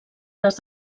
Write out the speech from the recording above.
les